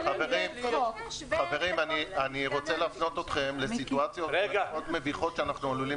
אני רוצה לפנות אתכם לסיטואציות שאנחנו יכולים